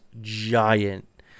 giant